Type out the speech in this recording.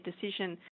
decision